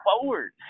forward